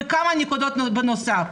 וכמה נקודות נוספות.